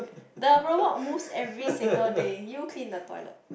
the rower move every single day you clean the toilet